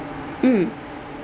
mm